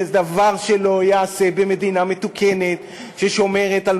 זה דבר שלא ייעשה במדינה מתוקנת ששומרת על